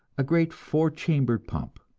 a great four-chambered pump.